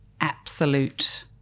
absolute